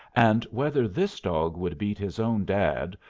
and whether this dog would beat his own dad,